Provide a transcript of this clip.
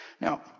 Now